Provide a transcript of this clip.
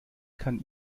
kann